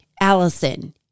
Allison